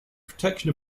protection